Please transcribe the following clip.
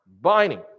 binding